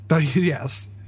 Yes